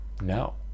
no